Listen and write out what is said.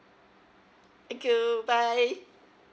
thank you bye